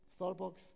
Starbucks